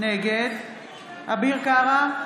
נגד אביר קארה,